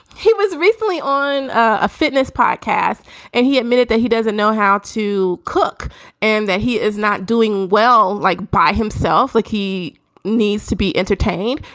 he was recently on a fitness podcast and he admitted that he doesn't know how to cook and that he is not doing well like by himself, like he needs to be entertained.